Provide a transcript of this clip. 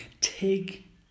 Take